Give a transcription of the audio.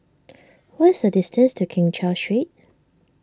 what is the distance to Keng Cheow Street